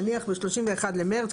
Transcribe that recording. נניח ב-31 במרץ,